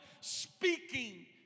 speaking